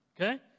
Okay